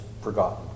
forgotten